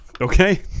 Okay